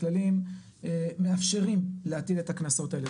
הכללים מאפשרים להטיל את הכנסות האלה,